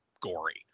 gory